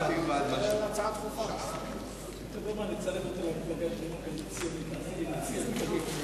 בסדר-היום של הכנסת נתקבלה.